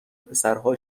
پسرها